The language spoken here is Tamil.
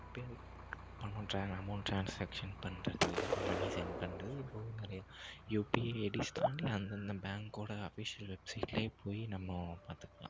இப்போ எனக்கு பணம் ட்ரான் அமௌண்ட் ட்ரான்ஸ்சேக்ஷன் பண்ணுறது மனி செண்ட் பண்ணுறது இப்போ நிறைய யூபிஐ ஐடிஸ் தாண்டி அந்தந்த பேங்க்கோட அஃபிஷியல் வெப்சைட்ல போய் நம்ம பார்த்துக்கலாம்